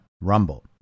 Rumble